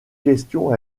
question